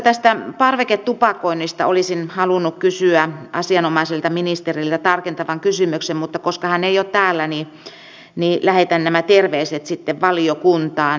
tästä parveketupakoinnista olisin halunnut kysyä asianomaiselta ministeriltä tarkentavan kysymyksen mutta koska hän ei ole täällä niin lähetän nämä terveiset sitten valiokuntaan